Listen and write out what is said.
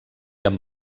amb